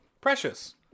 Precious